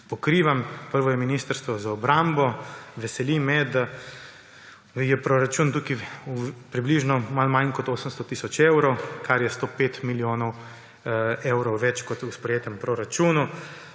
pokrivam. Prvo je Ministrstvo za obrambo. Veseli me, da je proračun tukaj približno malo manj kot 800 tisoč evrov, kar je 105 milijonov evrov več kot v sprejetem proračunu.